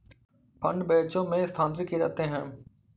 fund बैचों में स्थानांतरित किए जाते हैं